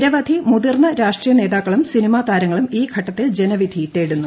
നിരവധി മുതിർന്ന രാഷ്ട്രീയ നേതാക്കളും സിനിമാ താരങ്ങളും ഈ ഘട്ടത്തിൽ ജനവിധി തേടുന്നു